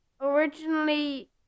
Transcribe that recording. Originally